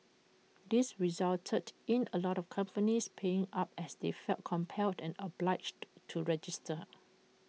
this resulted in A lot of companies paying up as they felt compelled and obliged to register